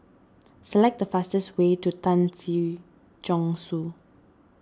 select the fastest way to Tan Si Chong Su